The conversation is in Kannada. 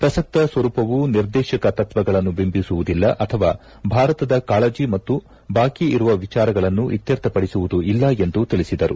ಪ್ರಸಕ್ತ ಸ್ವರೂಪವು ನಿರ್ದೇತಕ ತತ್ವಗಳನ್ನು ಬಿಂಬಿಸುವುದಿಲ್ಲ ಅಥವಾ ಭಾರತದ ಕಾಳಜಿ ಮತ್ತು ಬಾಕಿ ಇರುವ ವಿಚಾರಗಳನ್ನು ಇತ್ಯರ್ಥಪಡಿಸುವುದೂ ಇಲ್ಲ ಎಂದು ತಿಳಿಸಿದರು